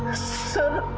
sir,